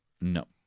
No